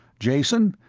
jason,